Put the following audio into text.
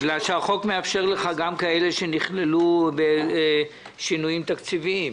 בגלל שהחוק מאפשר לך גם כאלה שנכללו בשינויים תקציביים,